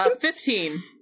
Fifteen